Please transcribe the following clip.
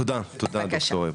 תודה, תודה דוקטור.